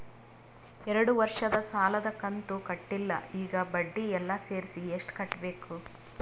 ಎರಡು ವರ್ಷದ ಸಾಲದ ಕಂತು ಕಟ್ಟಿಲ ಈಗ ಬಡ್ಡಿ ಎಲ್ಲಾ ಸೇರಿಸಿ ಎಷ್ಟ ಕಟ್ಟಬೇಕು?